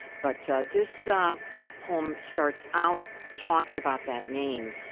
but this poem starts out talking about that name,